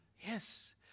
Yes